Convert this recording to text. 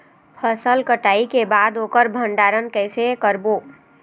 फसल कटाई के बाद ओकर भंडारण कइसे करबो?